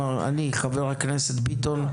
חבר הכנסת ביטון,